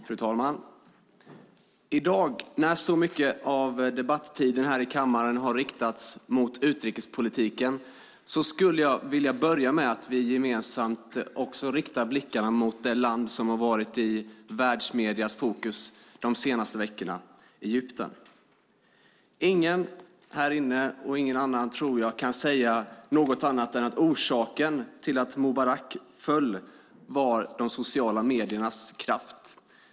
Fru talman! I dag, när så mycket av debattiden här i kammaren har riktats mot utrikespolitiken, skulle jag vilja börja med att vi gemensamt riktar blickarna mot det land som har varit i världsmediernas fokus de senaste veckorna: Egypten. Ingen här inne och ingen annan heller tror jag kan säga något annat än att orsaken till att Mubarak föll var de sociala mediernas kraft.